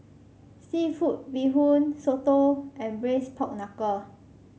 seafood Bee Hoon soto and braise Pork Knuckle